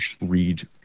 read